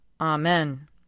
Amen